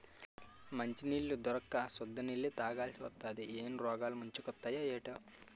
మంచినీళ్లు దొరక్క సుద్ద నీళ్ళే తాగాలిసివత్తాంది ఏం రోగాలు ముంచుకొత్తయే ఏటో